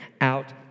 out